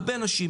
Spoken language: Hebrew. הרבה אנשים,